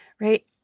right